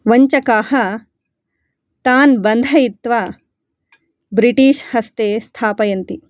वञ्चकाः तान् बन्धयित्वा ब्रिटिष् हस्ते स्थापयन्ति